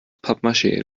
pappmaschee